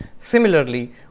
Similarly